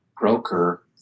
broker